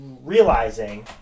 realizing